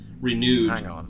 renewed